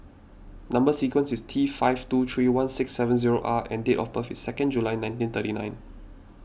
Number Sequence is T five two three one six seven zero R and date of birth is second July nineteen thirty nine